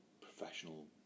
professional